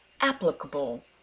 applicable